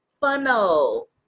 funnel